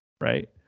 right